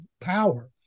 power